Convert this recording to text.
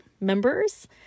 members